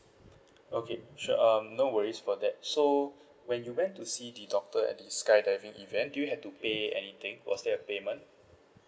okay sure um no worries about that so when you went to see the doctor at the skydiving event did you had to pay anything was there a payment